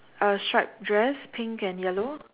uh striped dress pink and yellow